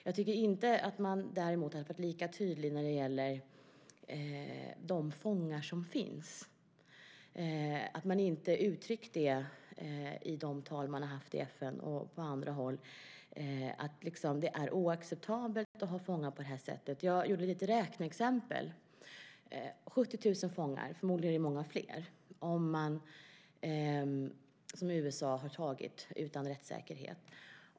Jag tycker däremot inte att man har varit lika tydlig när det gäller de fångar som finns. Man har inte i de tal man har hållit i FN och på andra håll uttryckt att det är oacceptabelt att ha fångar på det här sättet. Jag gjorde några räkneexempel och utgick från 70 000 fångar, förmodligen är det många fler, som USA har tagit utan rättssäkerhet.